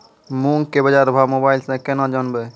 मूंग के बाजार भाव मोबाइल से के ना जान ब?